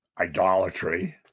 idolatry